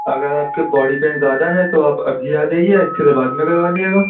اگر آپ کے باڈی پین زیادہ ہے تو آپ ابھی آ جائیے ایکسرے بعد میں کروا لیے گا